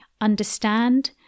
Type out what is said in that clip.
understand